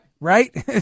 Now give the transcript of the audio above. Right